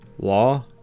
law